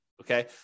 okay